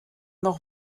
doch